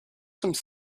some